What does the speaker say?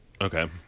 Okay